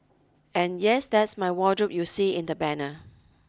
and yes that's my wardrobe you see in the banner